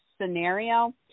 scenario